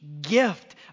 gift